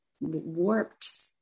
warped